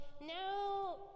now